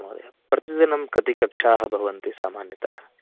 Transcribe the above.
अस्तु महोदय प्रतिदिनं कति कक्षाः भवन्ति सामान्यतः